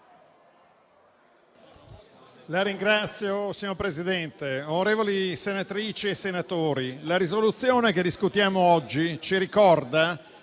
*(FdI)*. Signor Presidente, onorevoli senatrici e senatori, la mozione che discutiamo oggi ci ricorda